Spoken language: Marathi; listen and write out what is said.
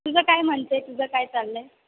तुझं काय म्हणतं आहे तुझं काय चाललं आहे